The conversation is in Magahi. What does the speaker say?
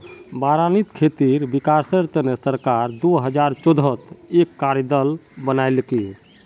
बारानीत खेतीर विकासेर तने सरकार दो हजार चौदहत एक कार्य दल बनैय्यालकी